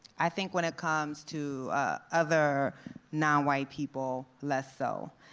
i think when it comes to other nonwhite people, less so.